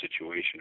situation